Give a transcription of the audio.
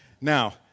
Now